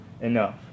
enough